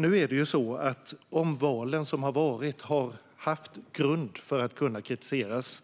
Nu är det ju så att de omval som har varit har kunnat kritiseras.